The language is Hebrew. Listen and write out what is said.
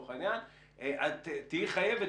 את תהיה חייבת,